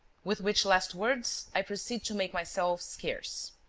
with which last words i proceed to make myself scarce.